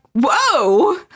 whoa